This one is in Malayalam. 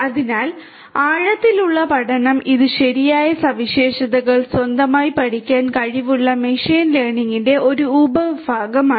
അതിനാൽ ആഴത്തിലുള്ള പഠനം ഇത് ശരിയായ സവിശേഷതകൾ സ്വന്തമായി പഠിക്കാൻ കഴിവുള്ള മെഷീൻ ലേണിംഗിന്റെ ഒരു ഉപവിഭാഗമാണ്